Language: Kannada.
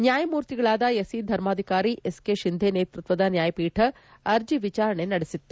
ನ್ಡಾಯಮೂರ್ತಿಗಳಾದ ಎಸ್ಸಿ ಧರ್ಮಾಧಿಕಾರಿ ಎಸ್ಕೆ ಶಿಂದೆ ನೇತೃತ್ವದ ನ್ಡಾಯಪೀಠ ಅರ್ಜಿ ವಿಚಾರಣೆ ನಡೆಸಿತ್ತು